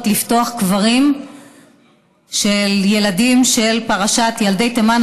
לפתוח קברים של ילדים של פרשת ילדי תימן,